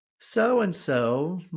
so-and-so